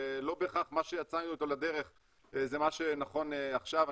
שלא בהכרח מה שיצאנו איתו לדרך זה מה שנכון עכשיו.